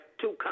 two